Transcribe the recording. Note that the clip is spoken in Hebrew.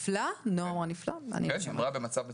היא אמרה שהוא במצב מצוין.